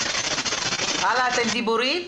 המטפלות,